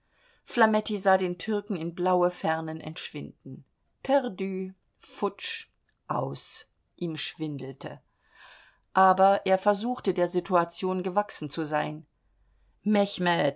flametti sah den türken in blaue fernen entschwinden perdu futsch aus ihm schwindelte aber er versuchte der situation gewachsen zu sein